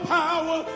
power